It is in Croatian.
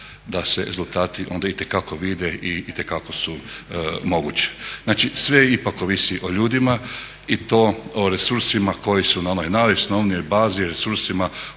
da se rezultati onda itekako vide i itekako su mogući. Znači, sve ipak ovisi o ljudima i to o resursima koji su na onoj najosnovnijoj bazi, resursima